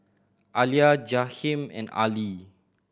Alia Jaheim and Arlie